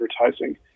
advertising